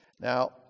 Now